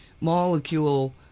molecule